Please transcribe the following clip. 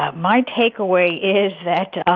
ah my takeaway is that, ah